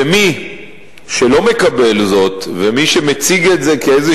ומי שלא מקבל זאת ומי שמציג את זה כאיזו